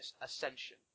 Ascension